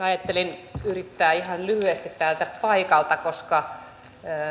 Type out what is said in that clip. ajattelin yrittää ihan lyhyesti täältä paikalta koska